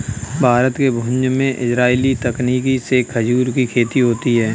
भारत के भुज में इजराइली तकनीक से खजूर की खेती होती है